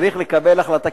צריך לקבל החלטה,